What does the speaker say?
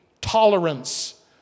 tolerance